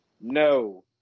No